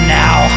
now